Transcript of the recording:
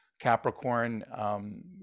Capricorn